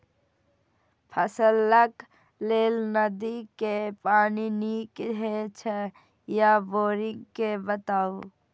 फसलक लेल नदी के पानी नीक हे छै या बोरिंग के बताऊ?